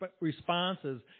responses